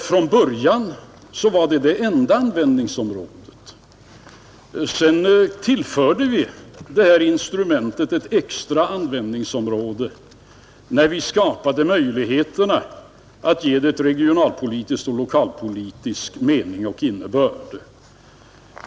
Från början var detta det enda användningsområdet, men sedan tillförde vi det här instrumentet ett extra användningsområde när vi skapade möjligheterna att ge det en regionalpolitisk och en lokalpolitisk mening och innebörd.